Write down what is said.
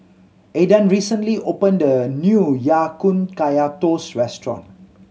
Adan recently opened a new Ya Kun Kaya Toast restaurant